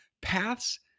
paths